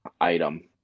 item